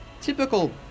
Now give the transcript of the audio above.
typical